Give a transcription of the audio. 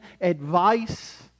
advice